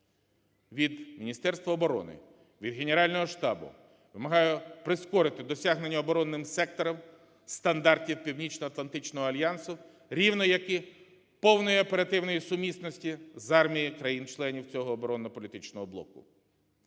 Від Міністерства оборони, від Генерального штабу вимагаю прискорити досягнення оборонним сектором стандартів Північноатлантичного альянсу, рівно як і повної оперативної сумісності з арміями країн-членів цього оборонно-політичного блоку.